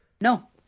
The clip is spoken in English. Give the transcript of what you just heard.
No